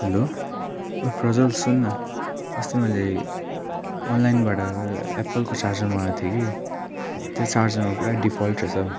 hello ओई प्रज्ज्वल सुन न अस्ति मैले अनलाइनबाट एप्पलको चार्जर मगाएको थिएँ कि त्यो चार्जरमा पुरा डिफल्ट रहेछ हौ